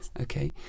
Okay